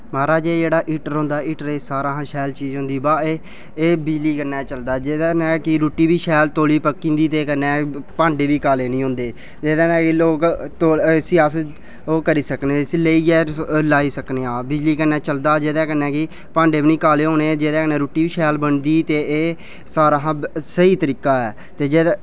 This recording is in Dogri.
मा'राज एह् जेह्डा हीटर होंदा हीटरै च सारें शा शैल चीज होंदी बा एह् एह्बिजली कन्नै चलदा जेह्दे कन्नै कि रुट्टी बी तौली शैल पकी जदीं ऐ ते कन्नै भांडे बी काले निं होदें जेह्दे ने कि लोक इस्सी अस ओह्ले करी सकने इसी लेइयै रसोई लाई सकनेआ बिजली कन्नै चलदा जेह्दे कन्नै कि भांडे बी निं काले होने ते जेह्दे कन्नै रुट्टी बी शैल बनदी ते एह्सारें शा शै स्हेई तरीका ऐ